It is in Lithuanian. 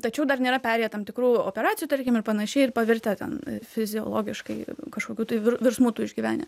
tačiau dar nėra perėję tam tikrų operacijų tarkim panašiai ir pavirtę ten fiziologiškai kažkokių tai virsmų tų išgyvenę